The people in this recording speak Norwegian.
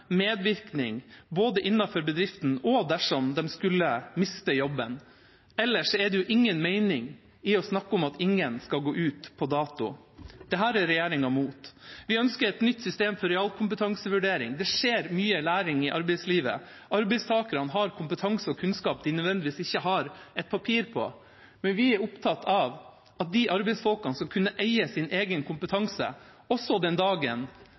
medvirkning, både innenfor bedriften og dersom de skulle miste jobben. Ellers er det ingen mening i å snakke om at ingen skal gå ut på dato. Dette er regjeringa imot. Vi ønsker et nytt system for realkompetansevurdering. Det skjer mye læring i arbeidslivet. Arbeidstakerne har kompetanse og kunnskap de ikke nødvendigvis har et papir på, men vi er opptatt av at de arbeidsfolkene skal kunne eie sin egen kompetanse, også den dagen